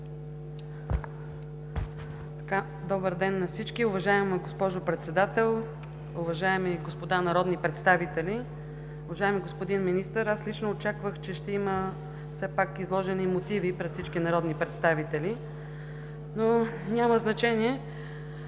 Добър ден на всички! Уважаема госпожо Председател, уважаеми господа народни представители, уважаеми господин Министър! Аз лично очаквах, че ще има все пак изложени мотиви пред всички народни представители, но няма значение.